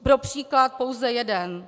Pro příklad pouze jeden.